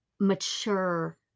mature